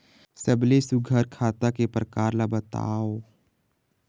सबले सुघ्घर खाता के प्रकार ला बताव?